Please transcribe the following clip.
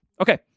Okay